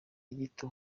gito